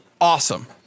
awesome